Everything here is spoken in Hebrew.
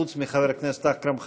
מלבד חבר הכנסת אכרם חסון,